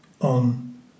on